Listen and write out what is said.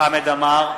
חמד עמאר,